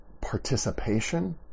participation